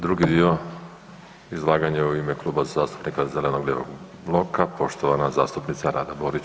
Drugi dio izlaganja u ime Kluba zastupnika zeleno-lijevog bloka, poštovana zastupnica Rada Borić.